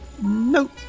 Nope